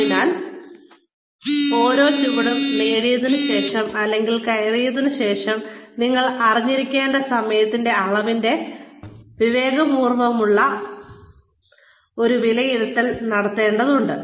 അതിനാൽ ഓരോ ചുവടും നേടിയതിന് ശേഷം അല്ലെങ്കിൽ കയറിയതിനു ശേഷം നിങ്ങൾ കാത്തിരിക്കേണ്ട സമയത്തിന്റെ അളവിന്റെ അറിവുള്ള വിവേകപൂർവ്വമായ ഒരു വിലയിരുത്തൽ നടത്തേണ്ടതുണ്ട്